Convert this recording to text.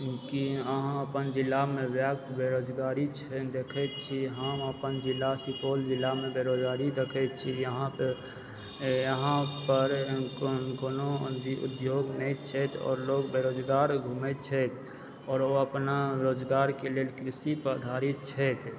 की अहाँ अपन जिलामे व्याप्त बेरोजगारी छै देखए छी हम अपन जिला सुपौल जिलामे बेरोजगारी देखए छी यहाँ पे यहाँ पर कोनो उद्योग नहि छथि आओर लोग बेरोजगार घूमए छथि आओर ओ अपना रोजगारके लेल कृषि पे आधारित छथि